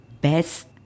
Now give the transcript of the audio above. best